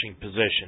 position